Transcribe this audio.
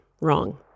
wrong